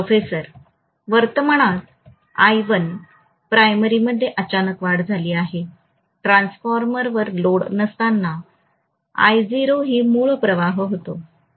professor वर्तमानात I1 primary मधे अचानक वाढ झाली आहे ट्रान्सफॉर्मर वर लोड नसताना I0 ही मूळ प्रवाह होता